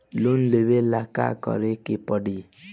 Loan लेबे ला का करे के पड़ी?